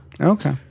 Okay